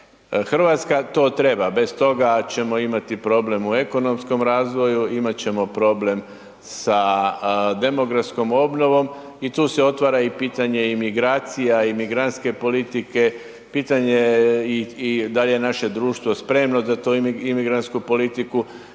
Hrvatska to treba, bez toga ćemo imati problem u ekonomskom razvoju, imat ćemo problem sa demografskom obnovom i tu se otvara i pitanje imigracija, imigrantske politike, pitanje i da li je naše društvo spremno za tu imigrantsku politiku